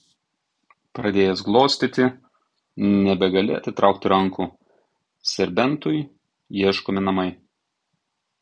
pradėjęs glostyti nebegali atitraukti rankų serbentui ieškomi namai